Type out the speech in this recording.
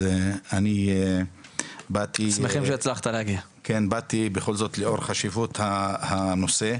אז אני באתי בכל זאת לאור חשיבות הנושא.